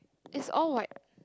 is all white